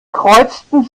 kreuzten